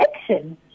action